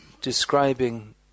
describing